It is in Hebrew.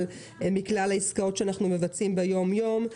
מכלל העסקאות שאנחנו מבצעים ביום-יום.